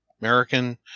American